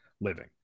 living